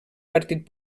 partit